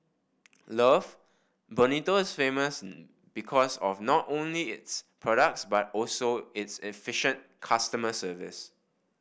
love Bonito is famous because of not only its products but also its efficient customer service